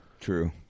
True